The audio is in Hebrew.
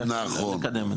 אתה יכול לקדם את זה,